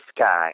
sky